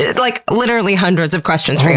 like, literally hundreds of questions for you.